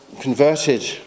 converted